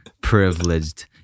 privileged